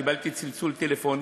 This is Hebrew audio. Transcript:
קיבלתי צלצול טלפון